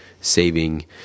saving